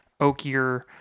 oakier